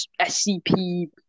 SCP